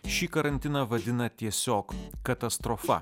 šį karantiną vadina tiesiog katastrofa